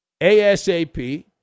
ASAP